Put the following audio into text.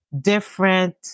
different